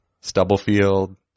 Stubblefield